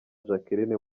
jacqueline